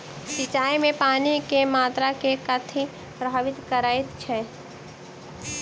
सिंचाई मे पानि केँ मात्रा केँ कथी प्रभावित करैत छै?